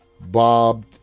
Bob